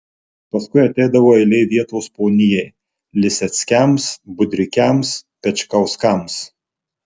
paskui ateidavo eilė vietos ponijai liseckiams budrikiams pečkauskams